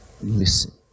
Listen